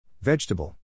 Vegetable